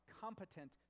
competent